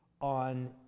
on